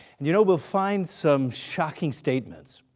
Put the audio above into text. and you know we'll find some shocking statements.